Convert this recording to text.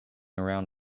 around